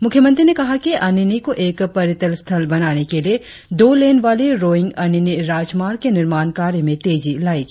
मुख्यमंत्री ने कहा कि अनिनि को एक पर्यटल स्थल बनाने के लिए दो लेन वाली रोईंग अनिनि राजमार्ग के निर्माण कार्य में तेजी लाएगी